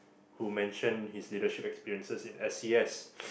who mentioned his leadership experiences in S_C_S